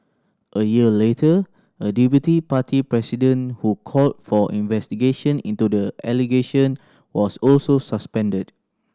a year later a deputy party president who called for investigation into the allegation was also suspended